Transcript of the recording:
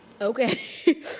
Okay